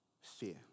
Fear